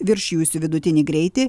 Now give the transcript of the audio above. viršijusių vidutinį greitį